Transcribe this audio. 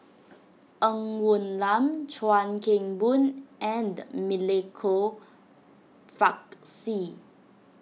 Ng Woon Lam Chuan Keng Boon and Milenko Prvacki